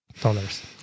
dollars